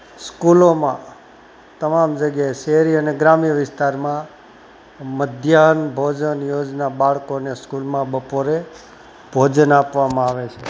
સ્કૂલોમાં તમામ જગ્યાએ શહેરી અને ગ્રામ્ય વિસ્તારમાં મધ્યાહન ભોજન યોજના બાળકોને સ્કૂલમાં બપોરે ભોજન આપવામાં આવે છે